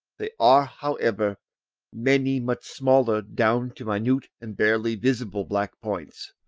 there are however many much smaller, down to minute and barely visible black points.